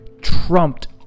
trumped